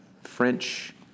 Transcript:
French